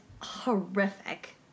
horrific